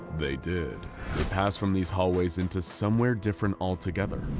they did. they passed from these hallways into somewhere different altogether,